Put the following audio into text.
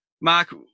Mark